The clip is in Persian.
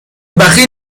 بخیل